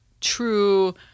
true